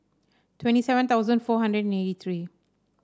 twenty seven thousand four hundred and eighty three